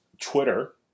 Twitter